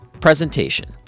Presentation